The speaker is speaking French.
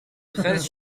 treize